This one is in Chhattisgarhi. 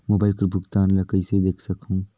मोबाइल कर भुगतान ला कइसे देख सकहुं?